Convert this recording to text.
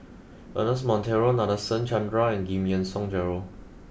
Ernest Monteiro Nadasen Chandra and Giam Yean Song Gerald